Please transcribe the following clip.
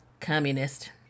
communist